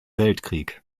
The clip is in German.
weltkrieg